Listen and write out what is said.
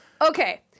Okay